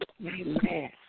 Amen